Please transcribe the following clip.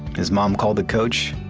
his mom called the coach,